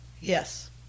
Yes